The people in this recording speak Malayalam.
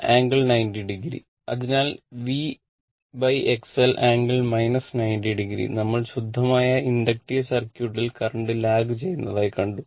അതിനാൽ VXL ∟ 900 നമ്മൾ ശുദ്ധമായ ഇൻഡക്റ്റീവ് സർക്യൂട്ടിൽ കറന്റ് ലാഗ് ചെയ്യുന്നതായി കണ്ടു